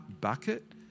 bucket